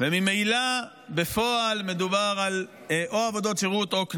ממילא בפועל מדובר על עבודות שירות או על קנס.